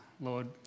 Lord